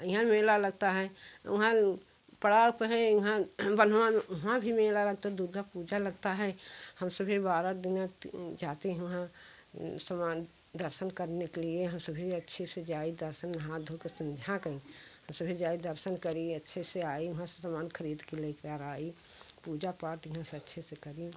यहाँ मेला लगता हैं वहाँ पड़ाव पे है यहाँ उहाँ भी मेला लगता है दुर्गा पूजा लगता है हम सभी बारह दिन तो जाते हैं वहाँ समान दर्शन करने के लिए हम सभी अच्छे से जाई दर्शन हाँथ धो के समझा कई हम सभी जाई दर्शन करी अच्छे से आई वहाँ से समान खरीद के ले कर आई पूजा पाठ यहाँ से अच्छे से करीं